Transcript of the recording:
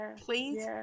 please